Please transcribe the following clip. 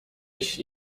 ich